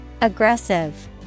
Aggressive